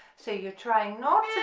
so you're trying not